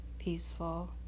peaceful